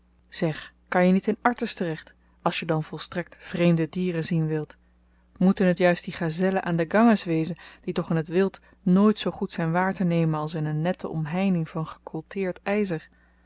zeg kan je niet in artis terecht als je dan volstrekt vreemde dieren zien wilt moeten het juist die gazellen aan den ganges wezen die toch in t wild nooit zoo goed zyn waartenemen als in een nette omheining van gekoolteerd yzer